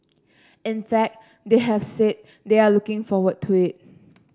in fact they have said they are looking forward to it